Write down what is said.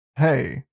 Hey